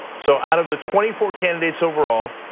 so out of the twenty four candidates overall,